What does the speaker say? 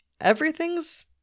everything's